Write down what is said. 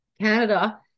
Canada